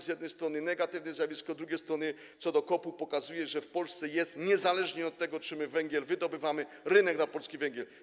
Z jednej strony to negatywne zjawisko, z drugiej strony, co do COP-u, pokazuje to, że w Polsce jest - niezależnie od tego, czy my węgiel wydobywamy - rynek na polski węgiel.